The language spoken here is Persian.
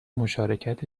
مشارکت